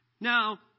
Now